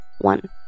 one